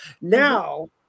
Now